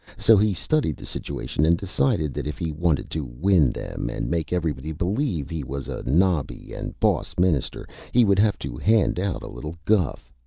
so he studied the situation and decided that if he wanted to win them and make everybody believe he was a nobby and boss minister he would have to hand out a little guff.